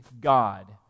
God